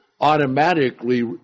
automatically